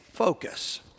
focus